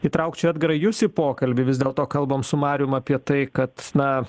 įtraukčiau edgarai jus į pokalbį vis dėlto kalbam su marijum apie tai kad na